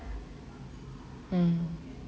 mm